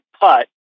putt